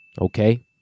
Okay